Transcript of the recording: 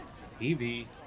Stevie